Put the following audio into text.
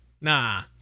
Nah